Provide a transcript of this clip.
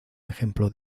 ejemplo